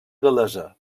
gal·lesa